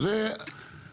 כי